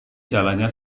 jalannya